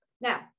Now